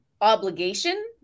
obligation